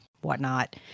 whatnot